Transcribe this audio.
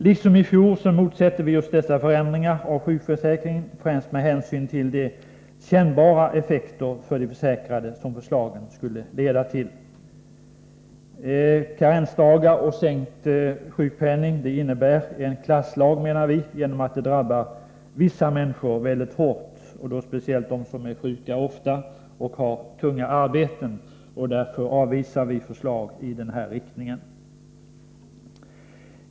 Liksom i fjol motsätter vi oss dessa förändringar av sjukförsäkringen främst med hänsyn till de kännbara effekter för de försäkrade som förslagen skulle leda till. Vi menar att införandet av karensdagar och sänkt sjukpenning innebär en klasslag genom att det drabbar vissa människor mycket hårt och då speciellt dem som är sjuka ofta och har tunga arbeten. Därför avvisar vi förslag i denna riktning.